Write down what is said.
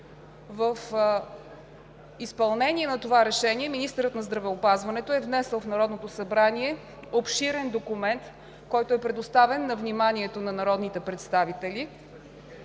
В изпълнение на това решение министърът на здравеопазването е внесъл в Народното събрание обширен документ, който е предоставен на вниманието на народните представители,